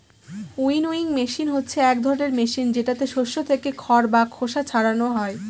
winnowing machine হচ্ছে এক ধরনের মেশিন যেটাতে শস্য থেকে খড় বা খোসা ছারানো হয়